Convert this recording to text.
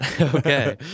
Okay